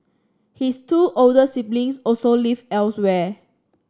his two older siblings also live elsewhere